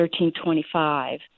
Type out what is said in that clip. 1325